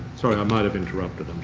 sorry, i might have interrupted.